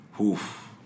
Oof